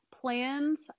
plans